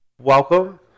Welcome